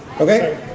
Okay